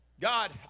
God